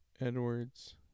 Edwards